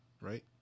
right